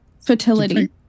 Fertility